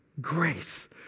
grace